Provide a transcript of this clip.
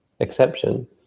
exception